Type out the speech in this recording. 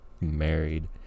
married